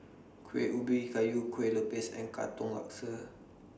Kuih Ubi Kayu Kueh Lopes and Katong Laksa